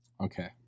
Okay